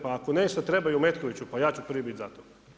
Pa ako nešta trebaju u Metkoviću, pa ja ću prvi bit za to.